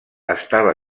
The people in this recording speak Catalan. estava